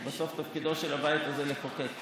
כי בסוף תפקידו של הבית הזה הוא לחוקק.